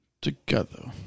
together